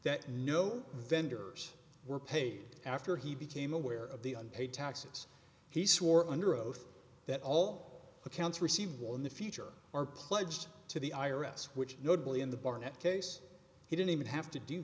that no vendors were paid after he became aware of the unpaid taxes he swore under oath that all accounts receivable in the future are pledged to the i r s which notably in the barnett case he didn't even have to do